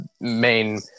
main